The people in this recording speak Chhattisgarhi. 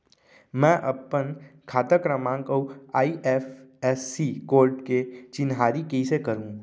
मैं अपन खाता क्रमाँक अऊ आई.एफ.एस.सी कोड के चिन्हारी कइसे करहूँ?